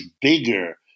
bigger